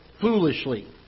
Foolishly